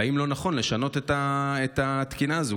האם לא נכון לשנות את התקינה הזאת?